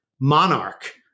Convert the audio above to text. monarch